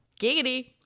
Giggity